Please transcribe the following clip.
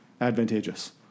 advantageous